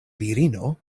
virino